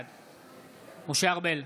בעד משה ארבל,